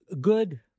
good